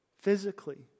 physically